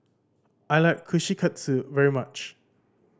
I like Kushikatsu very much